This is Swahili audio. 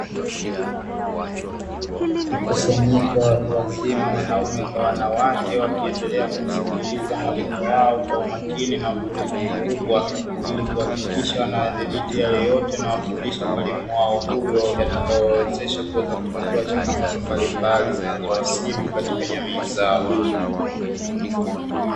Mkusanyiko wa watu wazima wanaume kwa wanawake ,wakiendelea kumsikiliza mwalimu wao kwa umakini na utulivu mkubwa ,ili kuhakikisha anayadhibiti yale yote anayowafundisha mwalimu wao huyo yatakayowawezesha kuweza kutatua changamoto mbalimbali zinazowasibu katika jamii zao.